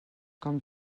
com